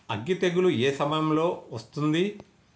అగ్గి తెగులు ఏ సమయం లో వస్తుంది?